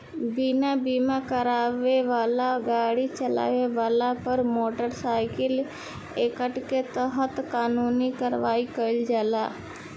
बिना बीमा करावले गाड़ी चालावला पर मोटर साइकिल एक्ट के तहत कानूनी कार्रवाई कईल जाला